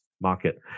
market